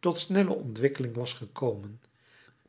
tot snelle ontwikkeling was gekomen